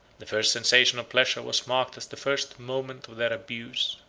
the first sensation of pleasure was marked as the first moment of their abuse.